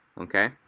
okay